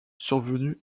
survenue